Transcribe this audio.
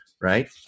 right